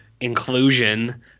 inclusion